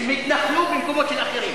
של אחרים.